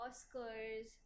Oscars